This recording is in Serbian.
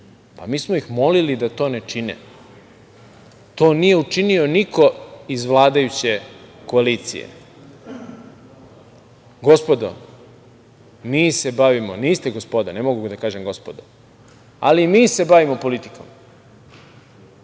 Pa, mi smo ih molili da to ne čine. To nije učinio niko iz vladajuće koalicije. Gospodo, mi se bavimo… Niste gospoda, ne mogu da kažem „gospodo“, ali mi se bavimo politikom.